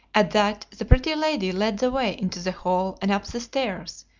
at that the pretty lady led the way into the hall and up the stairs,